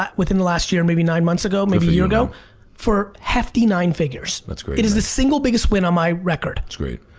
but within the last year, maybe nine months ago, maybe a year ago for hefty nine figures. that's great it is the single biggest win on my record. it's great.